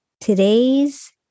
today's